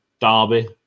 Derby